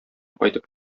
кайтып